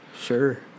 Sure